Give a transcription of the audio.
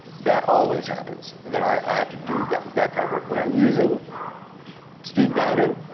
that always happens that i have to do that that kind of work. when i'm using steve bannon